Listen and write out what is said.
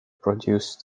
produced